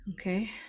Okay